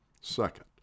second